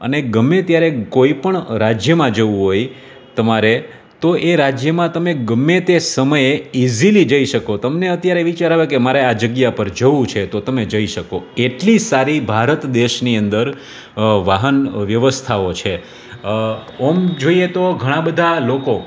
અને ગમે ત્યારે કોઈપણ રાજ્યમાં જવું હોય તમારે તો એ રાજ્યમાં તમે ગમે તે સમયે ઇઝીલી જઈ શકો તમને અત્યારે વિચાર આવે કે મારે આ જગ્યા પર જવું છે તો તમે જઈ શકો એટલી સારી ભારત દેશની અંદર વાહન વ્યવસ્થાઓ છે ઓમ જોઈએ તો ઘણાં બધાં લોકો